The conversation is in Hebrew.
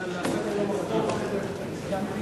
אדוני היושב-ראש, תודה,